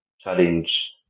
challenge